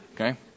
Okay